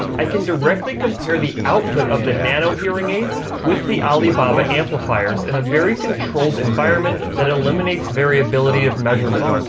i can directly compare the output of the nano hearing aids with the alibaba amplifiers, in a very controlled environment that eliminates variability of measurement.